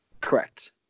Correct